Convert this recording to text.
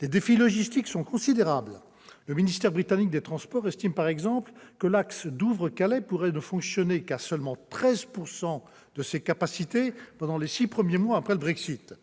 Les défis logistiques sont considérables. Le ministère britannique des transports estime, par exemple, que l'axe Douvres-Calais pourrait ne fonctionner qu'à seulement 13 % de ses capacités pendant les six premiers mois suivant le Brexit.